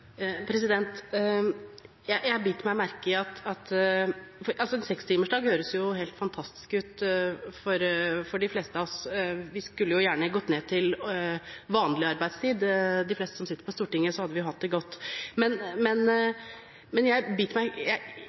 En 6-timersdag høres helt fantastisk ut for de fleste av oss. Vi skulle gjerne gått ned til vanlig arbeidstid, de fleste som sitter på Stortinget. Da hadde vi hatt det godt. Men